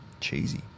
cheesy